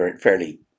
fairly